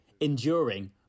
enduring